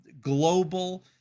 global